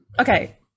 okay